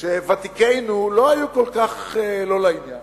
ותיקינו לא היו כל כך לא לעניין